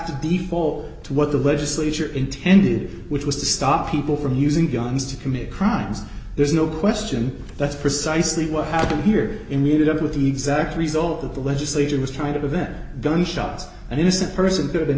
to be full to what the legislature intended which was to stop people from using guns to commit crimes there's no question that's precisely what happened here in the unit up with exact result that the legislature was trying to prevent gun shots an innocent person to have been